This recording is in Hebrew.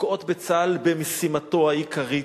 פוגעות בצה"ל במשימתו העיקרית,